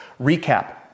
recap